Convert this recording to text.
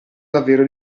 davvero